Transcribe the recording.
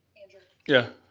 andrew yeah?